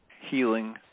healing